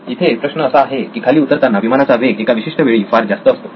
इथे प्रश्न असा आहे की खाली उतरताना विमानाचा वेग एका विशिष्ट वेळी फार जास्त असतो